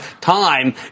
time